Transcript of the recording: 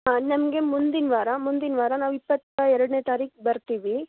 ಹಾಂ ನಮಗೆ ಮುಂದಿನ ವಾರ ಮುಂದಿನ ವಾರ ನಾವು ಇಪ್ಪತ್ತ ಎರಡನೇ ತಾರೀಖು ಬರ್ತೀವಿ